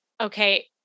Okay